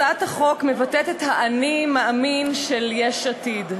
הצעת החוק מבטאת את ה"אני מאמין" של יש עתיד.